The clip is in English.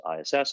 ISS